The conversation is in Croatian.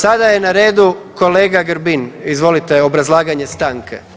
Sada je na redu kolega Grbin, izvolite obrazlaganje stanke.